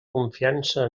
confiança